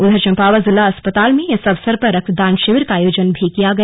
उधर चंपावत जिला अस्पताल में इस अवसर पर रक्त दान शिविर का आयोजन किया गया